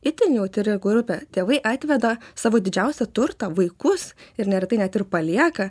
itin jautri grupė tėvai atveda savo didžiausią turtą vaikus ir neretai net ir palieka